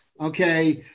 Okay